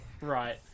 Right